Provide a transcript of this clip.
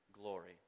glory